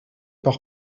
par